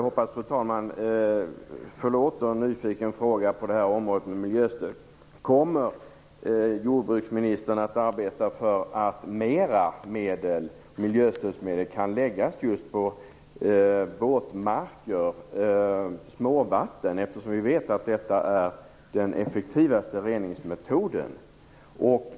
Förlåt, fru talman, en nyfiken fråga på detta område, alltså miljöstödet: Kommer jordbruksministern att arbeta för att mer miljöstödsmedel kan läggas på våtmarker och småvatten? Vi vet ju att det är den effektivaste reningsmetoden.